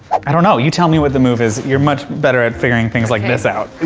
i don't know, you tell me what the move is. you're much better at figuring things like this out.